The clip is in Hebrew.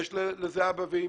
יש לזה אבא ואמא.